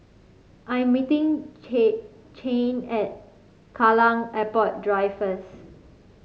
I am meeting Cheyanne at Kallang Airport Drive first